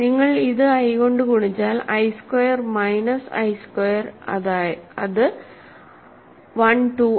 നിങ്ങൾ ഇത് i കൊണ്ട് ഗുണിച്ചാൽ i square minus i square അത് 1 2 i